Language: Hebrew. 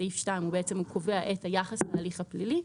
סעיף 2 קובע את היחס להליך הפלילי.